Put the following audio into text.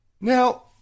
Now